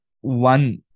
one